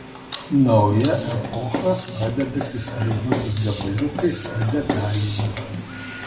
nauja epocha pradeda kristalizuotis gabaliukais ir detalėmis